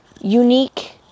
unique